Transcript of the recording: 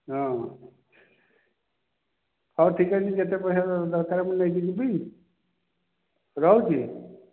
ହଁ ହଉ ଠିକ୍ ଅଛି ଯେତେ ପଇସା ତୋତେ ଦରକାର ମୁଁ ନେଇକି ଯିବି ରହୁଛି